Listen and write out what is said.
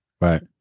Right